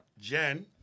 Jen